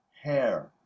hair